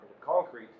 concrete